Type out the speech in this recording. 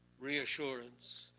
reassurance,